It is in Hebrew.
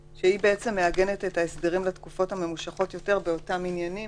שמעגנת את ההסדרים לתקופות ממושכות יותר באותם עניינים.